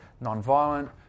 non-violent